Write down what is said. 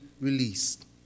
released